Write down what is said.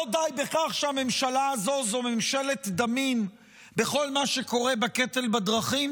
לא די בכך שהממשלה הזו היא ממשלת דמים בכל מה שקורה בקטל בדרכים?